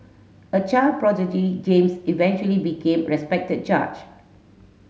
a child prodigy James eventually became a respected judge